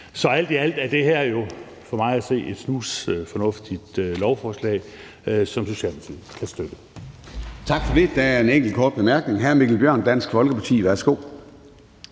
Så alt i alt er det her for mig at at se snusfornuftigt lovforslag, som Socialdemokratiet kan støtte.